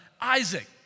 Isaac